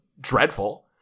dreadful